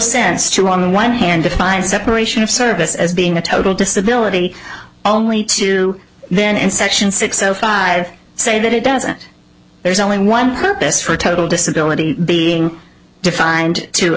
sense to on the one hand defined separation of service as being a total disability only to then in section six o five say that it doesn't there is only one purpose for total disability being defined to